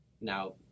now